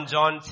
John